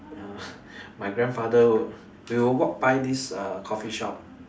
uh my grandfather would we will walk by this uh coffee shop